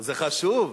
מה זה חשוב עכשיו?